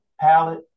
palette